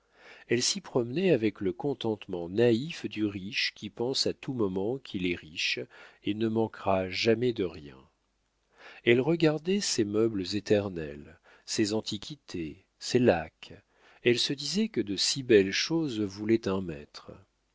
elle s'y promenait avec le contentement naïf du riche qui pense à tout moment qu'il est riche et ne manquera jamais de rien elle regardait ses meubles éternels ses antiquités ses laques elle se disait que de si belles choses voulaient un maître